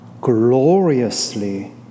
gloriously